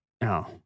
No